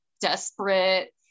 desperate